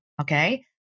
okay